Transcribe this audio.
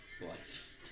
life